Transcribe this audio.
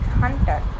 hunter